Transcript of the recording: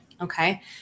Okay